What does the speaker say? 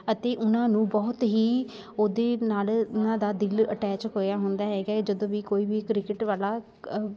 ਅਤੇ ਉਨਾਂ ਨੂੰ ਬਹੁਤ ਹੀ ਉਹਦੇ ਨਾਲ ਉਹਨਾਂ ਦਾ ਦਿਲ ਅਟੈਚ ਹੋਇਆ ਹੁੰਦਾ ਹੈਗਾ ਜਦੋਂ ਵੀ ਕੋਈ ਵੀ ਕ੍ਰਿਕਟ ਵਾਲਾ